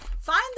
find